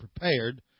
prepared